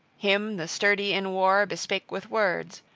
him the sturdy-in-war bespake with words,